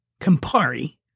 Campari